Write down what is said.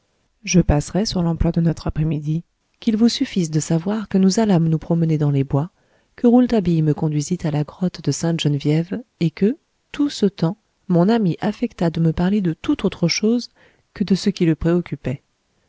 je passerai sur l'emploi de notre après-midi qu'il vous suffise de savoir que nous allâmes nous promener dans les bois que rouletabille me conduisit à la grotte de saintegeneviève et que tout ce temps mon ami affecta de me parler de toute autre chose que de ce qui le préoccupait